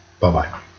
Bye-bye